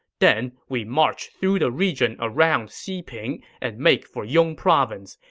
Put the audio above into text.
then, we march through the region around xiping and make for yong province.